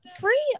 free